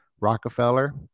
Rockefeller